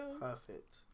Perfect